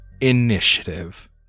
initiative